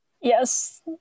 Yes